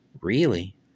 Really